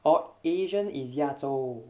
orh asian is 亚洲